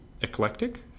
eclectic